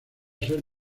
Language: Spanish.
ser